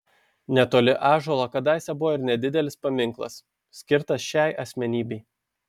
netoli ąžuolo kadaise buvo ir nedidelis paminklas skirtas šiai asmenybei